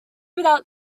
without